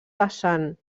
vessant